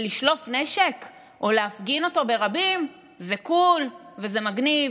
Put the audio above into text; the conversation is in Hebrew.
לשלוף נשק או להפגין אותו ברבים זה "קול" וזה מגניב.